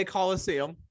Coliseum